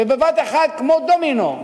ובבת אחת, כמו דומינו,